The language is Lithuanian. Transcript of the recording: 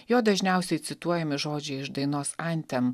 jo dažniausiai cituojami žodžiai iš dainos antem